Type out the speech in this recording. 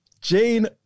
Jane